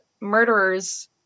murderers